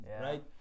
right